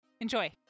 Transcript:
enjoy